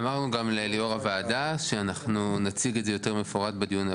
אמרנו גם ליו"ר הוועדה שאנחנו נציג את זה יותר מפורט בדיון הבא,